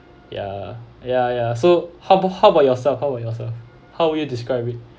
ya ya ya so how about how about yourself how about yourself how would you describe it